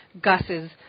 Gus's